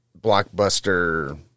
blockbuster